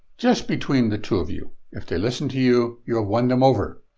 just between the two of you. if they listen to you, you have won them over.